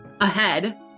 ahead